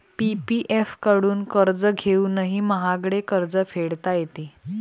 PPF कडून कर्ज घेऊनही महागडे कर्ज फेडता येते